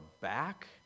back